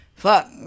Fuck